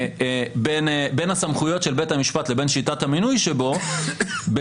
בין הסמכויות של בית המשפט לבין שיטת המינוי שבו בבריטניה